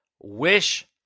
wish